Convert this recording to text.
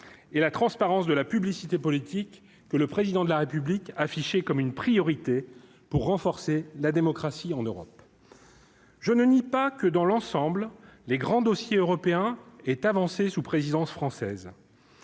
et la transparence de la publicité politique que le président de la République affichée comme une priorité pour renforcer la démocratie en Europe. Je ne nie pas que dans l'ensemble, les grands dossiers européens est avancé sous présidence française,